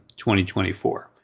2024